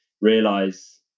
realize